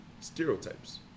stereotypes